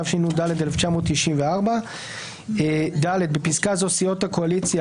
התשנ"ד- 1994. (ד) בפסקה זו "סיעות הקואליציה"